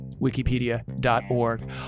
Wikipedia.org